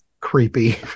creepy